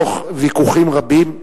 תוך ויכוחים רבים,